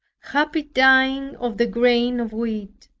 happy dying of the grain of wheat,